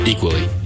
Equally